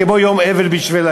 כמו יום אבל בשבילם.